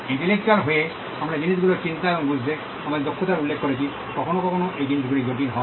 intellectual হয়ে আমরা জিনিসগুলি চিন্তা এবং বুঝতে আমাদের দক্ষতার উল্লেখ করেছি কখনও কখনও এই জিনিসগুলি জটিল হয়